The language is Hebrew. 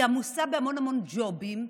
היא עמוסה בהמון המון ג'ובים,